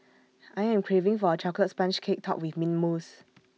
I am craving for A Chocolate Sponge Cake Topped with Mint Mousse